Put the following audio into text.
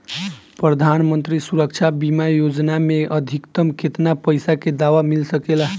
प्रधानमंत्री सुरक्षा बीमा योजना मे अधिक्तम केतना पइसा के दवा मिल सके ला?